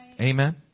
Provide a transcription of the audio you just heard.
Amen